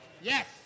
Yes